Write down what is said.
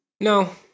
No